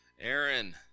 Aaron